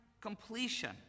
completion